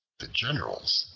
the generals,